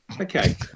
Okay